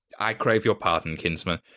i crave your pardon, kinsman.